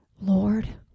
Lord